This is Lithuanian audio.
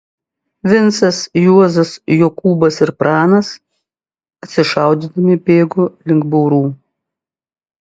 vincas juozas jokūbas ir pranas atsišaudydami bėgo link baurų